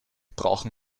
brauchen